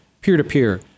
peer-to-peer